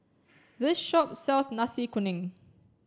this shop sells Nasi Kuning